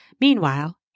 Meanwhile